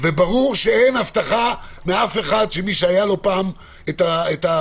וברור שאין הבטחה מאף אחד שמי שהיה לו פעם נגיף,